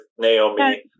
Naomi